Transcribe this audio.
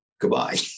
goodbye